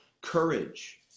courage